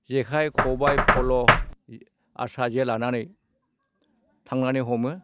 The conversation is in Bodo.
जेखाइ खबाइ फल' आस्रा जे लानानै थांनानै हमो